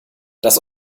das